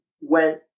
went